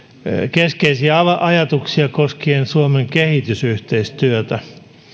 keskeisiä ajatuksiani koskien suomen kehitysyhteistyötä